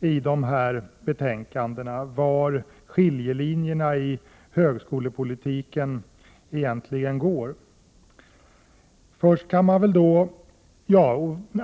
i de här betänkandena och var skiljelinjerna i högskolepolitiken egentligen går.